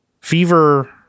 Fever